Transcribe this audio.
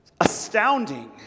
astounding